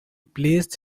placed